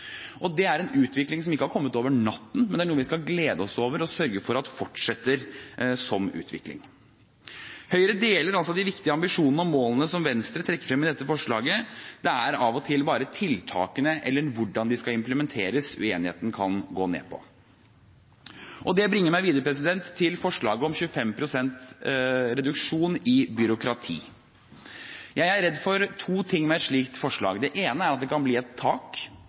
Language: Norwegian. Det er en utvikling som ikke har kommet over natten, men det er noe vi skal glede oss over og sørge for at fortsetter. Høyre deler de viktige ambisjonene og målene som Venstre trekker frem i dette forslaget. Det er av og til bare tiltakene, eller hvordan de skal implementeres, uenigheten kan gå på. Det bringer meg videre til forslaget om 25 pst. reduksjon i skolebyråkratiet. Jeg er redd for to ting med et slikt forslag. Det ene er at det kan bli et tak,